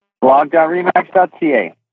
Blog.REMAX.ca